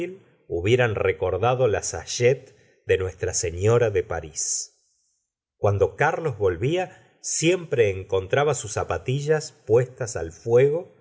hubieran recordado la sachette de nuestra se flora de paris cuando carlos volvía siempre encontraba sus zapatillas puestas al fuego